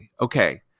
Okay